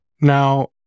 Now